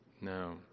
No